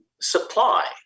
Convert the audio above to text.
supply